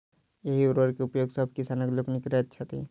एहि उर्वरक के उपयोग सभ किसान लोकनि करैत छथि